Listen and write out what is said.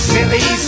Silly